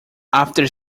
after